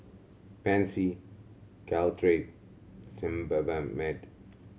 Pansy Caltrate mad